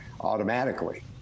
automatically